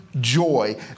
joy